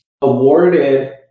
awarded